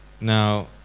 now